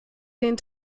den